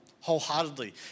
wholeheartedly